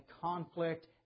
conflict